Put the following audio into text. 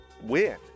win